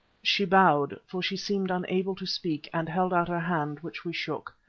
she bowed, for she seemed unable to speak, and held out her hand, which we shook.